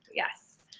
yes.